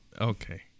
okay